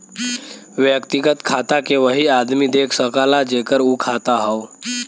व्यक्तिगत खाता के वही आदमी देख सकला जेकर उ खाता हौ